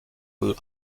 aux